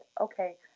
okay